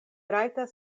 rajtas